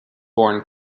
born